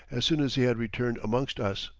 as soon as he had returned amongst us.